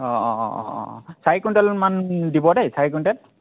অঁ অঁ অঁ অঁ অঁ চাৰি কুইণ্টেলমান দিব দেই চাৰি কুইণ্টেল